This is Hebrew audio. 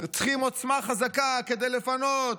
צריכים עוצמה חזקה כדי לפנות.